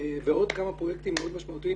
ועוד כמה פרויקטים מאוד משמעותיים.